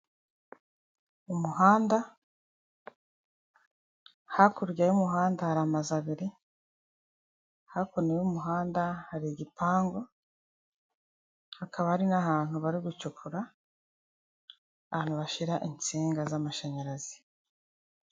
Umuhanda hakurya y'umuhanda hari amazu abiri, hakuno y'umuhanda hari igipangu, hakaba hari n'ahantu bari gucukura, ahantu bashyira insinga z'amashanyarazi.